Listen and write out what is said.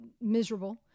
miserable